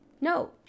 No